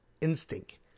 instinct